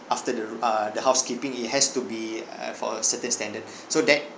after the ro~ uh the housekeeping it has to be uh for a certain standard so that